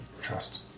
Trust